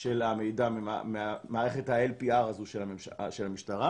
של המידע ממערכת ה-LPR הזאת של המשטרה,